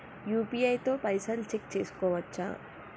UPI తో పైసల్ check చేసుకోవచ్చా?